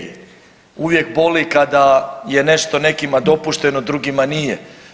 Uvijek boli kada je nešto nekima dopušteno, drugima nije.